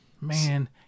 Man